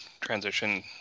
transition